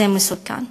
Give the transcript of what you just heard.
זה מסוכן,